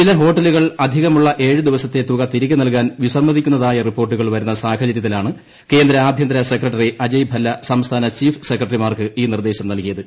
ചില ഹോട്ടലുകൾ അധികമുള്ള ഏഴ് ദിവസത്തെ തുക തിരികെ നൽകാൻ വിസമ്മതിക്കുന്നതായ റിപ്പോർട്ടുകൾ വരുന്ന സാഹചര്യത്തിലാണ് കേന്ദ്ര ആഭ്യന്തര സെക്രട്ടറി അജയ് ഭല്ല സംസ്ഥാന ചീഫ് സെക്രട്ടറിമാർക്ക് ഈ നിർദ്ദേശം നല്കിയത്